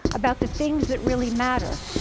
about the things that really matter.